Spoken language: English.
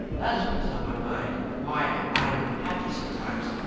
that is what is on my mind, and why i am unhappy sometimes.